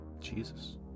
Jesus